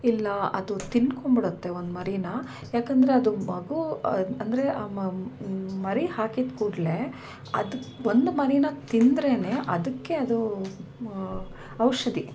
ಇಲ್ಲ ಅದು ತಿನ್ಕೊಂಬಿಡುತ್ತೆ ಒಂದು ಮರಿನಾ ಯಾಕಂದರೆ ಅದು ಮಗು ಅದು ಅಂದರೆ ಆ ಮರಿ ಹಾಕಿದ ಕೂಡಲೇ ಅದು ಒಂದು ಮರಿ ತಿಂದರೇನೇ ಅದಕ್ಕೆ ಅದು ಔಷಧಿ